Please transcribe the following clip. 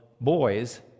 boys